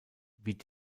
wie